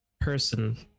person